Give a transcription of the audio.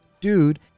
dude